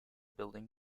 building